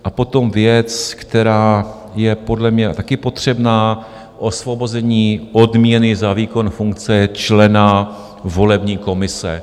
A potom věc, která je podle mě také potřebná osvobození odměny za výkon funkce člena volební komise.